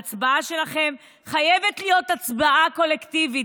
ההצבעה שלכם חייבת להיות הצבעה קולקטיבית,